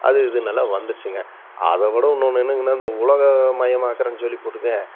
அது இதுன்னு எல்லாம் வந்துடுச்சிங்க அதை விட இன்னோன்னு என்னங்கன்னா இந்த உலகமயமாக்குகிறேன்னு சொல்லிப்புட்டுங்க